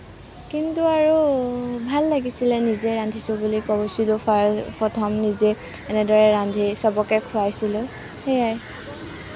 কিন্তু আৰু ভাল লাগিছিলে নিজে ৰান্ধিছোঁ বুলি কৈছিলোঁ প্ৰথম নিজে এনেদৰে ৰান্ধি চবকে খোৱাইছিলোঁ সেয়াই